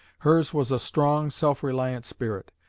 hers was a strong, self-reliant spirit,